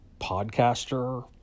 podcaster